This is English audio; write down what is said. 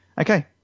Okay